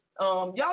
y'all